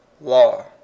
law